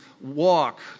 walk